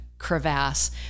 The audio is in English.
crevasse